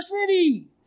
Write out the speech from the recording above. city